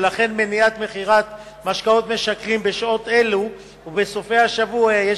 ולכן מניעת מכירת משקאות משכרים בשעות אלו ובסופי השבוע,